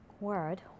word